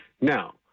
Now